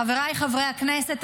חבריי חברי הכנסת,